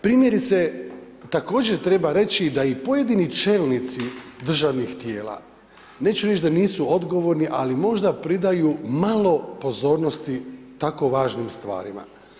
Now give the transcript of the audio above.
Primjerice također treba reći da i pojedini čelnici državnih tijela neću reći da nisu odgovorni, ali možda pridaju malo pozornosti tako važnim stvarima.